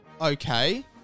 Okay